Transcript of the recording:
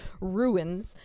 ruins